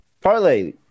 Parlay